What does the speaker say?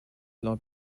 lord